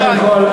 קודם כול,